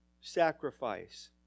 sacrifice